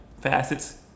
facets